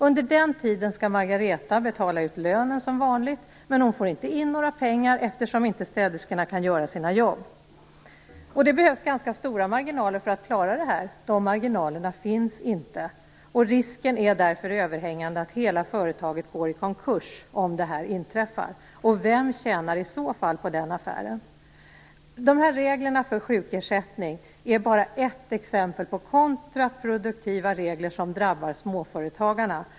Under den tiden skall Margareta Olsson betala ut lönen som vanligt, men hon får inte in några pengar eftersom städerskorna inte kan göra sitt jobb. Det behövs ganska stora marginaler för att klara detta. De marginalerna finns inte, och risken är därför överhängande att hela företaget går i konkurs om detta inträffar. Vem tjänar i så fall på den affären? De här reglerna för sjukersättning är bara ett exempel på kontraproduktiva regler som drabbar småföretagarna.